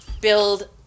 Build